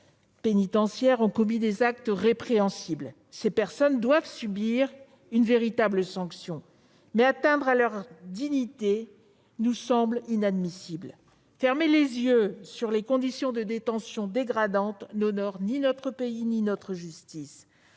détention ont commis des actes répréhensibles. Ces personnes doivent subir une véritable sanction, mais attenter à leur dignité nous semble inadmissible. Fermer les yeux sur des conditions de détention dégradantes n'honore ni notre pays ni notre justice.